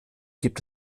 gibt